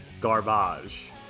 garbage